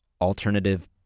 alternative